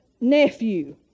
nephew